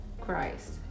Christ